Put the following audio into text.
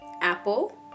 apple